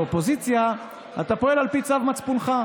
באופוזיציה אתה פועל על פי צו מצפונך,